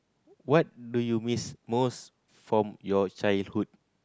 what do you miss most from your childhood